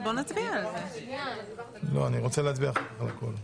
אני רוצה להצביע אחר כך על הכול.